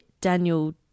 Daniel